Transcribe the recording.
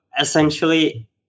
Essentially